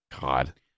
god